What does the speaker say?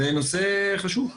זה נושא חשוב.